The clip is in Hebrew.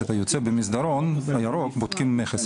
כשאתה יוצא במסדרון הירוק, בודקים מכס.